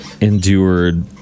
endured